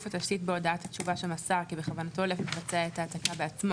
גוף התשתית בהודעת התשובה שמסר כי בכוונתו לבצע את ההעתקה בעצמו,